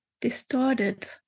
distorted